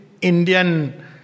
Indian